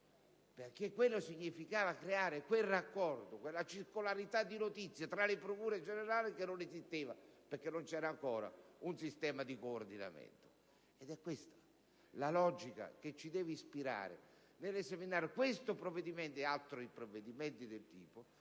della giustizia, per creare quel raccordo e quella circolarità di notizie tra le procure generali, che ancora non esisteva, perché non c'era ancora un sistema di coordinamento. È questa la logica che ci deve ispirare nell'esaminare questo e altri provvedimenti del